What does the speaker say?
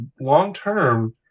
long-term